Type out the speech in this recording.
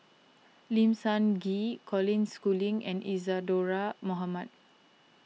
Lim Sun Gee Colin Schooling and Isadhora Mohamed